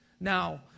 Now